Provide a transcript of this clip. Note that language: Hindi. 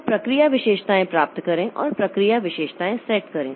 तो प्रक्रिया विशेषताएँ प्राप्त करें और प्रक्रिया विशेषताएँ सेट करें